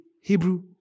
Hebrew